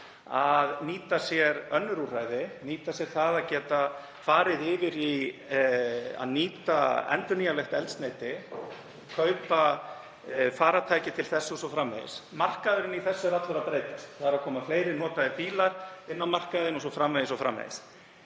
að nýta sér önnur úrræði, nýta sér það að geta farið yfir í að nýta endurnýjanlegt eldsneyti, kaupa farartæki til þess o.s.frv. Markaðurinn í þessu er allur að breytast. Það eru að koma fleiri notaðir bílar inn á markaðinn o.s.frv.